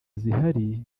zihari